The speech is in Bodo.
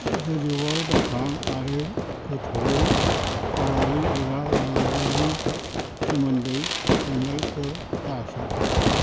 गोजौआव दाथां आरो गोथौयै गावारि एबा राङारिनि सोमोन्दै सोंनायफोर दासों